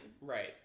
right